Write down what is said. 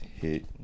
hit